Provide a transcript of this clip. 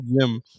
gym